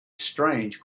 strange